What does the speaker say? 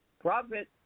Profit